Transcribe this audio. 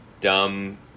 dumb